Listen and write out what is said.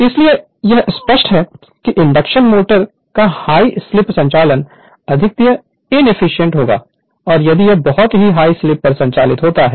Refer Slide Time 0814 इसलिए यह स्पष्ट है कि इंडक्शन मोटर्स का हाय स्लीप संचालन अत्यधिक इनएफिशिएंट होगा और यदि यह बहुत ही हाय स्लीप पर संचालित होता है